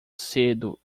cedo